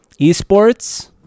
Esports